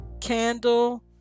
candle